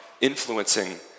influencing